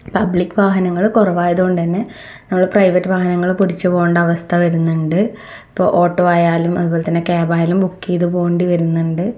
public വാഹനങ്ങൾ കുറവായതുകൊണ്ട് തന്നെ നമ്മൾ പ്രൈവറ്റ് വാഹനങ്ങൾ പിടിച്ചു പോകേണ്ട അവസ്ഥ വരുന്നുണ്ട് ഇപ്പോൾ ഓട്ടോ ആയാലും അതുപോലെ തന്നെ ക്യാബ് ആയാലും ബുക്ക് ചെയ്ത് പോകേണ്ടി വരുന്നുണ്ട്